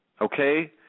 okay